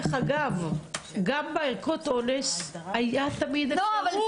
דרך אגב, גם בערכות האונס תמיד הייתה אפשרות.